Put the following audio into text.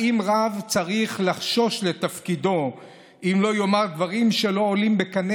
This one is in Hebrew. האם רב צריך לחשוש לתפקידו אם לא יאמר דברים שלא עולים בקנה